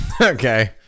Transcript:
Okay